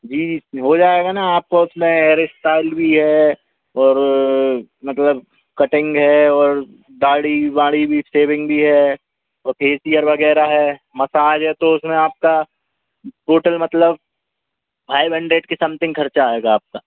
जी हो जाएगा ना आपका उसमें हेयर इस्टाइल भी है और मतलब कटिंग है और दाढ़ी वाढ़ी भी सेविंग भी है और फेसियर वगैरह है मसाज है तो उसमें आपका टोटल मतलब फाइव हंड्रेड के समथिंग खर्चा आएगा आपका